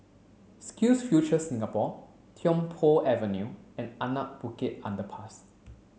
SkillsFuture Singapore Tiong Poh Avenue and Anak Bukit Underpass